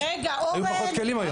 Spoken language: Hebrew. היו פחות כלים היום.